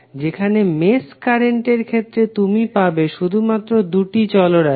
যেখানে মেশ কারেন্টের ক্ষেত্রে তুমি পাবে শুধুমাত্র দুটি চল রাশি